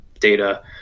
data